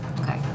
Okay